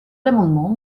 l’amendement